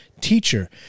teacher